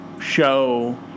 show